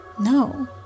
No